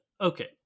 okay